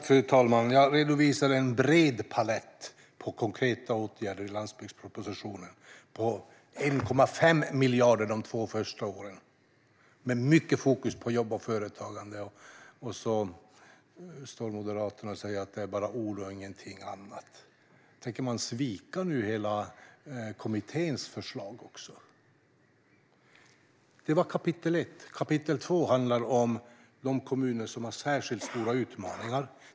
Fru talman! Jag redovisade en bred palett med konkreta åtgärder i landsbygdspropositionen. Det är 1,5 miljarder de två första åren, med mycket fokus på jobb och företagande. Och så står Moderaterna och säger att det bara är ord och inget annat. Tänker man svika kommitténs hela förslag nu? Det var kapitel 1. Kapitel 2 handlar om de kommuner som har särskilt stora utmaningar.